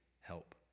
help